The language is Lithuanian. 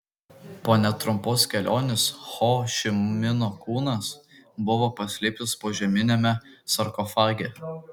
po netrumpos kelionės ho ši mino kūnas buvo paslėptas požeminiame sarkofage